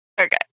Okay